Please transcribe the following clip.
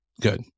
Good